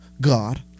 God